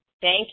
Thank